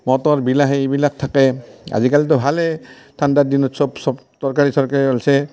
motor বিলাহী এইবিলাক থাকেই আজিকালিটো ভালেই ঠাণ্ডাৰ দিনত চব চব তৰকাৰি চৰকাৰি উলছে